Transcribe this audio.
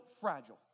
fragile